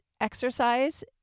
exercise